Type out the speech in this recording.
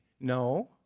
no